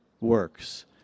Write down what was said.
works